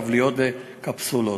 טבליות וקפסולות.